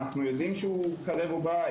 אנחנו יודעים שהוא קרב ובא,